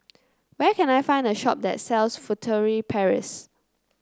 where can I find a shop that sells Furtere Paris